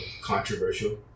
controversial